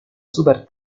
super